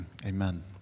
Amen